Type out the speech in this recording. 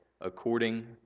according